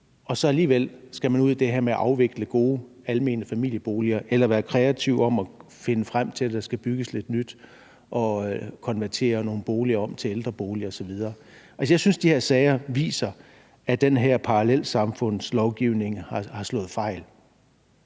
man så alligevel skal ud i det her med at afvikle gode almene familieboliger eller være kreativ i forhold til at finde frem til, at der skal bygges lidt nyt, og at nogle boliger skal konverteres til ældreboliger osv. Jeg synes, de her sager viser, at den her parallelsamfundslovgivning har slået fejl.